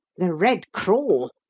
the red crawl!